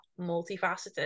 multifaceted